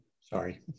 Sorry